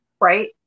Right